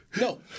No